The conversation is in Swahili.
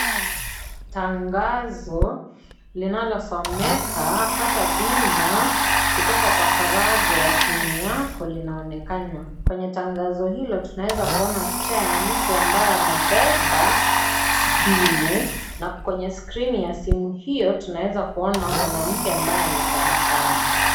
Tangazo linalosomeka pata bima kutoka Kwa faraja ya simu yako linaonekana. Kwenye tangazo hilo tunaezakuona picha ya mtu ambaye amebeba simu na kwenye skrini ya simu hiyo tunaeza kuona mwanamke ambayo ametabasamu.